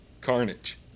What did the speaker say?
carnage